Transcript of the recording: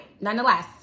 Nonetheless